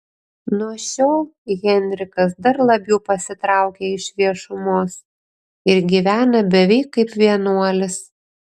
nuo šiol henrikas dar labiau pasitraukia iš viešumos ir gyvena beveik kaip vienuolis